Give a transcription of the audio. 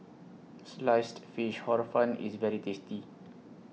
Sliced Fish Hor Fun IS very tasty